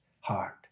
heart